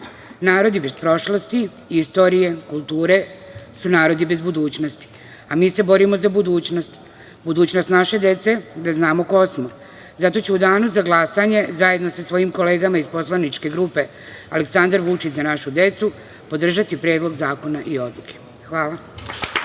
Narodi bez prošlosti, istorije, kulture su narodi bez budućnosti, a mi se borimo za budućnost, budućnost naše dece, da znamo ko smo. Zato ću u danu za glasanje zajedno sa svojim kolegama iz poslaničke grupe Aleksandar Vučić – Za našu decu podržati Predlog zakona i odluke. Hvala.